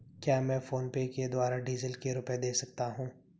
क्या मैं फोनपे के द्वारा डीज़ल के रुपए दे सकता हूं?